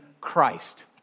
Christ